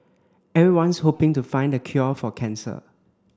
everyone's hoping to find the cure for cancer